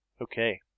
Okay